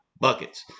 Buckets